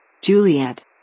Juliet